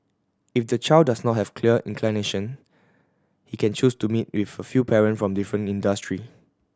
if the child does not have clear inclination he can choose to meet with a few parent from different industry